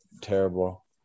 terrible